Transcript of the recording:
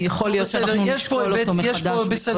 יכול להיות שנצטרך לבדוק אותו מחדש בעקבות הדיון כאן.